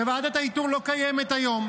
כשוועדת האיתור לא קיימת היום.